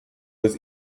was